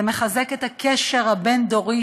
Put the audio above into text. זה מחזק את הקשר הבין-דורי,